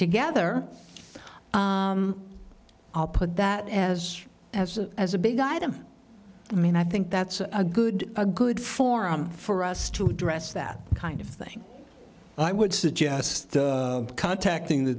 together i'll put that as as a as a big item i mean i think that's a good a good forum for us to dress that kind of thing i would suggest contacting the